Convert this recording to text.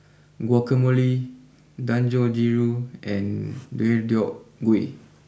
Guacamole Dangojiru and Deodeok Gui